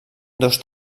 dos